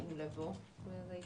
אני מניחה שהתלבטת אם לבוא, וזה טבעי.